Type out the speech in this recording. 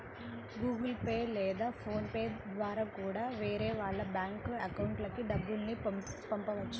Google pay లేదా PhonePe ద్వారా కూడా వేరే వాళ్ళ బ్యేంకు అకౌంట్లకి డబ్బుల్ని పంపొచ్చు